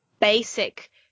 basic